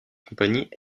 compagnie